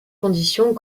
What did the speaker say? conditions